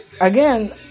again